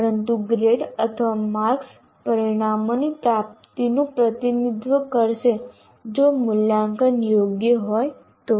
પરંતુ ગ્રેડ અથવા માર્ક્સ પરિણામોની પ્રાપ્તિનું પ્રતિનિધિત્વ કરશે જો મૂલ્યાંકન યોગ્ય હોય તો